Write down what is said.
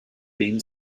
been